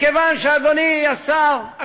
מכיוון שאדוני השר,